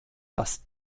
dass